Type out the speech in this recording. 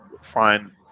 fine